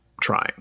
trying